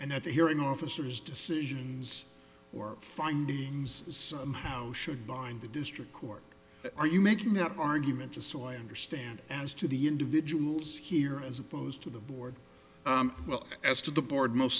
and at the hearing officers decisions or findings somehow should bind the district court are you making that argument just so i understand as to the individuals here as opposed to the board well as to the board most